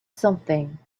something